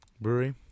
Brewery